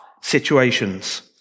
situations